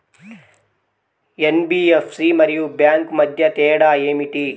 NBFC మరియు bank మధ్య తేడా ఏమిటి?